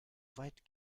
weit